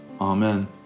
Amen